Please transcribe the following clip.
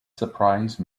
surprise